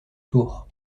tours